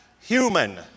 human